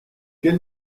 quel